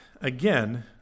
again